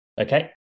okay